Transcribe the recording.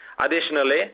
Additionally